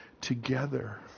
together